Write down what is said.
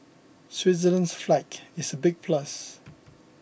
Switzerland's flag is a big plus